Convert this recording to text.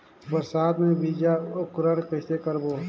बरसात मे बीजा अंकुरण कइसे करबो?